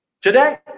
today